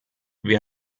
wir